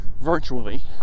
virtually